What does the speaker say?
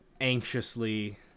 anxiously